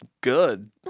good